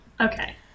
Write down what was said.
Okay